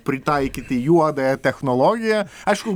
pritaikyti juodąją technologiją aišku